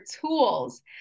tools